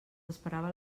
esperava